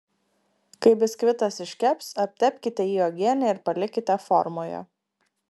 kai biskvitas iškeps aptepkite jį uogiene ir palikite formoje